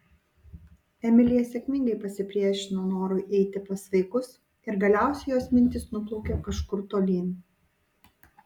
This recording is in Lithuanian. emilija sėkmingai pasipriešino norui eiti pas vaikus ir galiausiai jos mintys nuplaukė kažkur tolyn